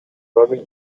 ronnie